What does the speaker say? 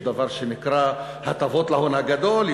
יש דבר שנקרא הטבות להון הגדול,